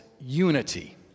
unity